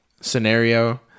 scenario